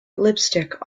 lipstick